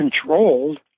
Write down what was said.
controlled